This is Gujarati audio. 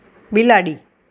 બિલાડી